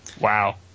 Wow